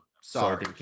Sorry